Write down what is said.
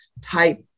type